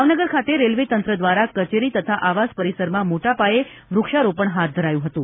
ભાવનગર ખાતે રેલવે તંત્ર દ્વારા કચેરી તથા આવાસ પરિસરમાં મોટા પાયે વૃક્ષારોપણ હાથ ધરાયું હતું